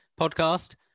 podcast